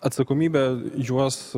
atsakomybę juos